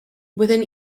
within